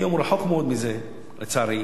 היום הוא רחוק מאוד מזה, לצערי,